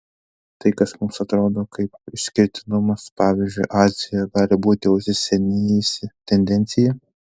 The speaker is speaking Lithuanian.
tai kas mums atrodo kaip išskirtinumas pavyzdžiui azijoje gali būti jau įsisenėjusi tendencija